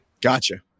Gotcha